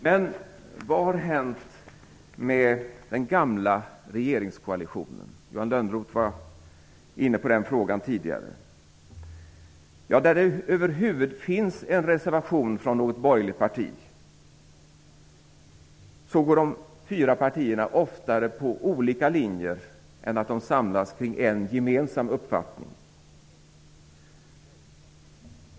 Men vad har hänt med den gamla regeringskoalitionen? Johan Lönnroth var inne på den frågan tidigare. Där det över huvud taget finns en reservation från något borgerligt parti händer det oftare att de fyra partierna går på olika linjer än att de samlas kring en gemensam uppfattning.